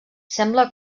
sembla